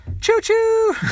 choo-choo